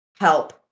help